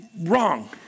Wrong